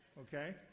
Okay